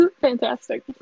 Fantastic